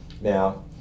Now